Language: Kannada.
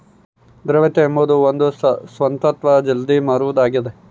ದ್ರವ್ಯತೆ ಎಂಬುದು ಒಂದು ಸ್ವತ್ತನ್ನು ಜಲ್ದಿ ಮಾರುವುದು ಆಗಿದ